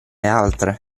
altre